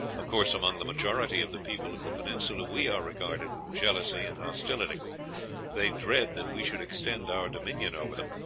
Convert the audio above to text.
of course, among the majority of the people of the peninsula we are regarded with jealousy and hostility they dread that we should extend our dominion over them,